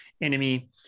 enemy